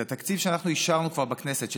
את התקציב שאנחנו כבר אישרנו בכנסת,